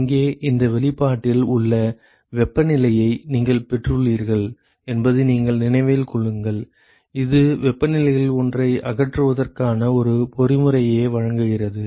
இங்கே இந்த வெளிப்பாட்டில் உங்கள் வெப்பநிலையை நீங்கள் பெற்றுள்ளீர்கள் என்பதை நினைவில் கொள்ளுங்கள் இது வெப்பநிலைகளில் ஒன்றை அகற்றுவதற்கான ஒரு பொறிமுறையை வழங்குகிறது